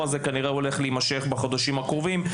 הזה הולך כנראה להימשך בחודשים הקרובים.